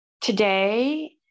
today